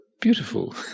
beautiful